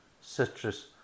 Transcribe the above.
citrus